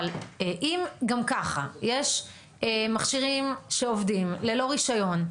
אבל אם גם ככה יש מכשירים שעובדים ללא רישיון,